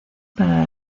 para